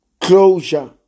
closure